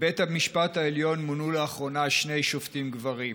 לבית המשפט העליון מונו לאחרונה שני שופטים גברים,